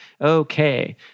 Okay